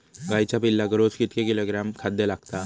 गाईच्या पिल्लाक रोज कितके किलोग्रॅम खाद्य लागता?